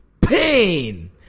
pain